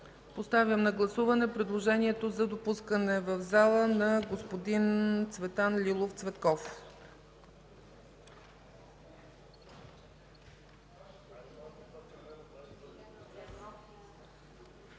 Поставям на гласуване предложението за допускане в залата на господин Цветан Лилов Цветков.